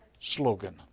Slogan